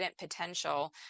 potential